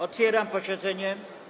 Otwieram posiedzenie.